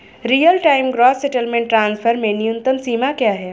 Real time gross settlement transfer में न्यूनतम सीमा क्या है?